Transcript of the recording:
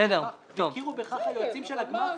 והכירו בכך היועצים של הגמ"חים,